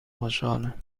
خوشحالم